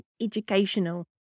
educational